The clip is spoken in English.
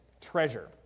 treasure